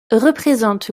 représente